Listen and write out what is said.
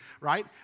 right